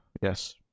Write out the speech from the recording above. yes